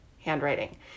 handwriting